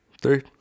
three